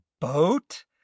boat